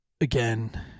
Again